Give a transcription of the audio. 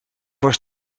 was